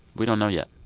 we don't know yet.